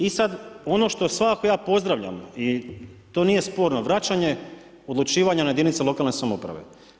I sad ono što svakako ja pozdravljam i to nije sporno vraćanje odlučivanja na jedinice lokalne samouprave.